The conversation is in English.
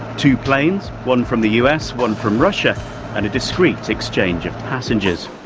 two planes, one from the us. one from russia and a discreet exchange of passengers.